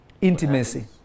Intimacy